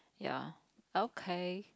ya okay